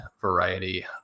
variety